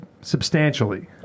substantially